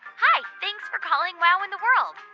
hi. thanks for calling wow in the world.